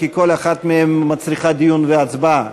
כי כל אחת מהן מצריכה דיון והצבעה,